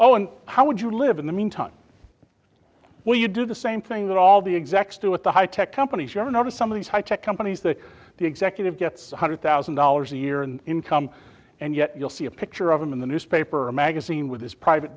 oh and how would you live in the meantime while you do the same thing that all the execs do at the high tech companies you're not in some of these high tech companies that the executive gets one hundred thousand dollars a year in income and yet you'll see a picture of him in the newspaper magazine with his private